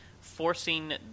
forcing